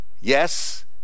Yes